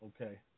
Okay